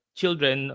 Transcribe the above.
children